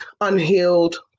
unhealed